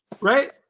Right